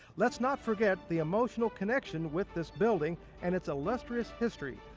lets not forget the emotional connection with this building and its illustrious history.